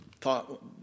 thought